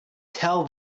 tell